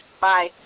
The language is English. Bye